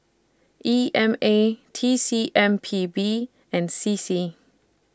E M A T C M P B and C C